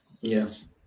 yes